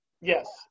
Yes